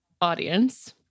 audience